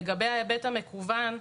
לגבי ההיבט המקוון,